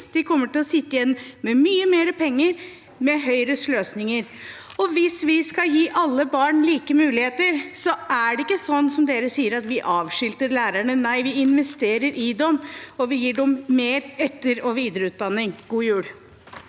kommer til å sitte igjen med mye mer penger med Høyres løsninger. Hvis vi skal gi alle barn like muligheter, er det heller ikke slik som det sies, at vi avskilter lærerne. Nei, vi investerer i dem, og vi gir dem mer etter- og videreutdanning. God jul!